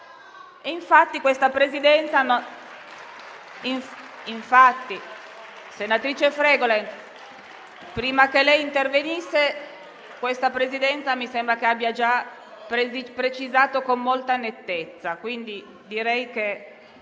Senatrice Fregolent, prima che lei intervenisse, questa Presidenza mi sembra che abbia già precisato con molta nettezza.